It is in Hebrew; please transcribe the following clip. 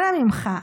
אנא ממך,